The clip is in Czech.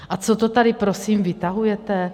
A co to tady prosím vytahujete?